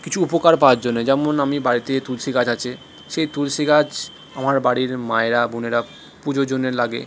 কিছু উপকার পাওয়ার জন্যে যেমন আমি বাড়িতে তুলসি গাছ আছে সেই তুলসি গাছ আমার বাড়ির মায়েরা বোনেরা পুজোর জন্যে লাগে